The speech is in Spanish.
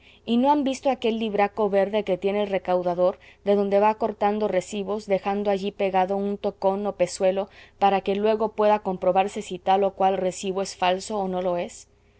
y no han visto aquel libraco verde que tiene el recaudador de donde va cortando recibos dejando allí pegado un tocón o pezuelo para que luego pueda comprobarse si tal o cual recibo es falso o no lo es